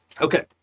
Okay